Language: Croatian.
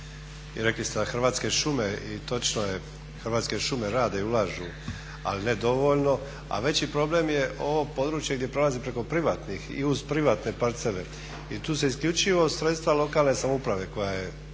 i točno je Hrvatske šume rade i ulažu ali ne dovoljno. Ali veći problem je ovo područje gdje prolazi preko privatnih i uz privatne parcele i tu se isključivo sredstva lokalne samouprave koja je